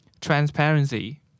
transparency